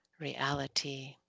reality